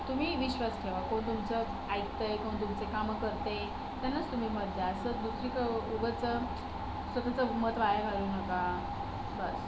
तुम्ही विश्वास ठेवा कोण तुमचं ऐकत आहे कोण तुमचे कामं करते त्यांनाच तुम्ही मत द्या असं दुसरी क उगाच स्वतःचं मत वाया घालू नका बस